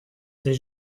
ces